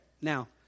now